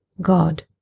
God